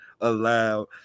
allowed